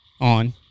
on